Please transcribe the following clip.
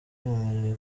bemerewe